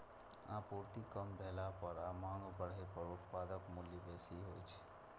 आपूर्ति कम भेला पर आ मांग बढ़ै पर उत्पादक मूल्य बेसी होइ छै